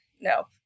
no